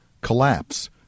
collapse